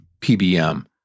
PBM